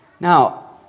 Now